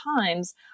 times